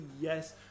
yes